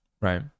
Right